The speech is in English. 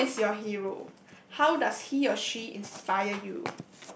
who is your hero how does he or she inspire you